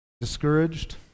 discouraged